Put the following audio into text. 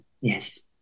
Yes